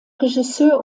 regisseur